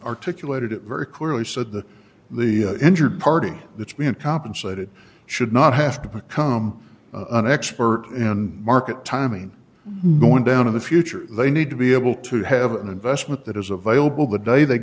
articulated it very clearly said that the injured party that's being compensated should not have to become an expert in market timing knowing down in the future they need to be able to have an investment that is available the day they